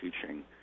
teaching